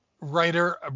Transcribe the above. Writer